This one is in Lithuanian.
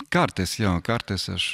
kartais jo kartais aš